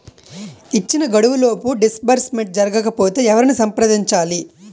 ఇచ్చిన గడువులోపు డిస్బర్స్మెంట్ జరగకపోతే ఎవరిని సంప్రదించాలి?